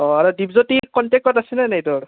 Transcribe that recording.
অঁ আৰু দীপজ্যোতি কণ্টেক্টত আছেনে নাই তোৰ